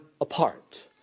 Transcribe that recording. apart